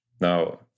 Now